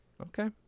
Okay